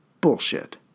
bullshit